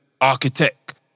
architect